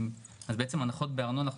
בעניין הנחות בארנונה,